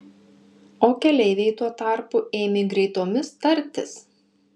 o keleiviai tuo tarpu ėmė greitomis tartis